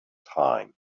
time